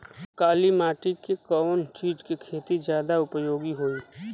काली माटी में कवन चीज़ के खेती ज्यादा उपयोगी होयी?